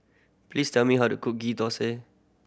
please tell me how to cook Ghee Thosai